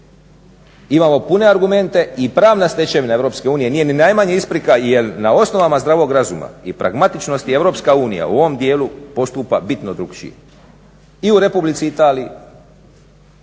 Imamo pune argumente i pravna stečevina EU nije ni najmanje isprika jer na osnovama zdravog razuma i pragmatičnosti EU u ovom dijelu postupa bitno drukčije. I u Republici Italiji